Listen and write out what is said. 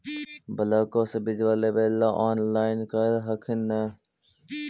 ब्लोक्बा से बिजबा लेबेले ऑनलाइन ऑनलाईन कर हखिन न?